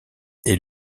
est